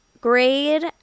grade